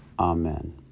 Amen